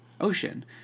ocean